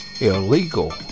illegal